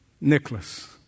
Nicholas